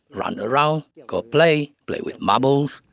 run around, go play, play with marbles,